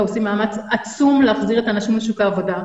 עושים מאמץ עצום להחזיר את האנשים לשוק העבודה.